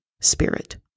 spirit